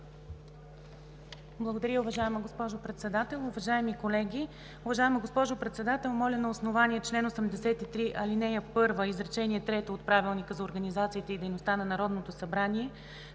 Председател. Уважаема госпожо Председател, уважаеми колеги! Уважаема госпожо Председател, моля на основание чл. 83, ал. 1, изречение трето от Правилника за организацията и дейността на Народното събрание